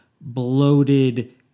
bloated